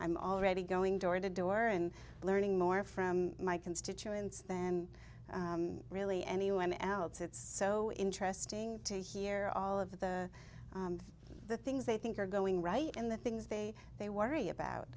i'm already going door to door and learning more from my constituents than really anyone else it's so interesting to hear all of the the things they think are going right and the things they they worry about